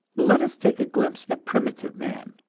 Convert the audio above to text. let us take a glimpse at primitive man.